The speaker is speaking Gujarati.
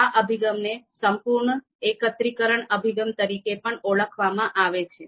આ અભિગમને સંપૂર્ણ એકત્રીકરણ અભિગમ તરીકે પણ ઓળખવામાં આવે છે